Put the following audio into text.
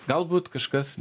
galbūt kažkas